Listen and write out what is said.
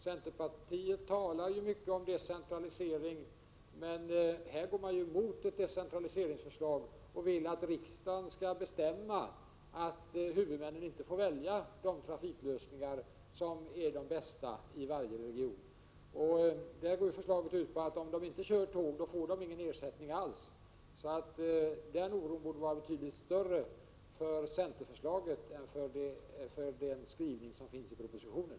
Centerpartiet talar mycket om decentralisering, men här går man emot ett decentraliseringsförslag och menar att riksdagen skall bestämma att huvudmännen inte får välja de trafiklösningar som är de bästa i varje region. Det går ut på att om man inte väljer tåg får man ingen ersättning alls. Oron borde vara betydligt större för centerförslaget än för den skrivning som finns i propositionen.